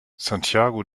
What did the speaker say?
santiago